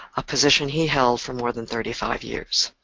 a position he held for more than thirty five years.